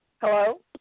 Hello